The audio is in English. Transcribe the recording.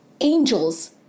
angels